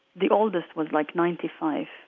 the oldest was like ninety five.